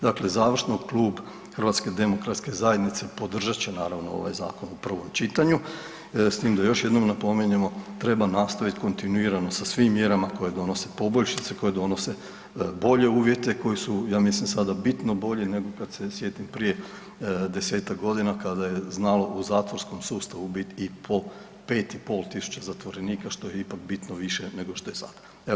Dakle, završno klub HDZ-a podržat će naravno ovaj zakon u prvom čitanju, s tim da još jednom napominjemo, treba nastaviti kontinuirano sa svim mjerama koje donose poboljšice, koje donose bolje uvjete koji su ja mislim sada bitno bolji nego kada se sjetim prije desetak godina kada je znalo u zatvorskom sustavu biti i po 5.500 zatvorenika što je ipak bitno više nego što je sada.